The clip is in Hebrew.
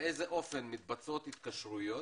באיזה אופן מתבצעות התקשרויות,